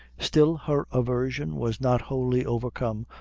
still her aversion was not wholly overcome,